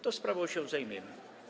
to sprawą się zajmiemy.